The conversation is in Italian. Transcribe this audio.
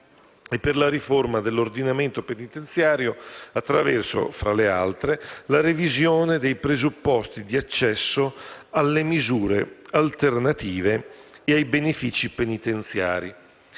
e per la riforma dell'ordinamento penitenziario attraverso, fra le altre, la revisione dei presupposti di accesso alle misure alternative e ai benefici penitenziari,